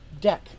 deck